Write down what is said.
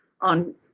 on